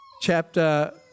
chapter